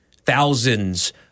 thousands